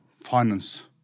finance